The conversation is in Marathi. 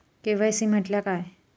के.वाय.सी म्हटल्या काय?